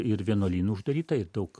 ir vienuolynų uždaryta ir daug